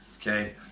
Okay